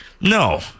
No